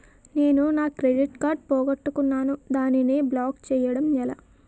నేను నా credit card పోగొట్టుకున్నాను దానిని బ్లాక్ చేయడం ఎలా?